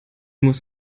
muss